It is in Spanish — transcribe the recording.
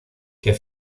que